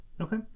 Okay